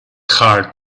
hard